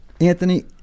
Anthony